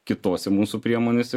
kitose mūsų priemonėse